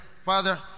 Father